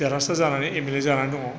देरहासार जानानै M L A जानानै दङ